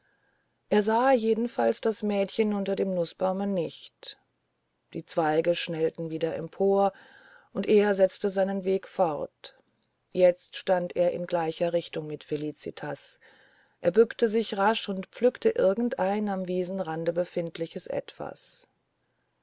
er sah jedenfalls das mädchen unter dem nußbaume nicht die zweige schnellten wieder empor und er setzte seinen weg fort jetzt stand er in gleicher richtung mit felicitas er bückte sich rasch und pflückte irgend ein am wiesenrande befindliches etwas